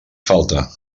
falta